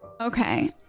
Okay